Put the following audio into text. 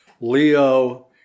Leo